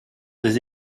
des